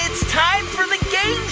it's time for the game